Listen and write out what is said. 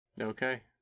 okay